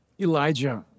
Elijah